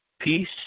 peace